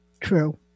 True